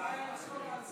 אנשים